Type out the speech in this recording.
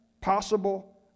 possible